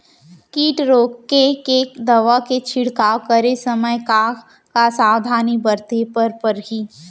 किट रोके के दवा के छिड़काव करे समय, का का सावधानी बरते बर परही?